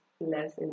less